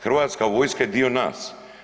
Hrvatska vojska je dio nas.